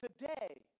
today